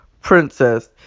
princess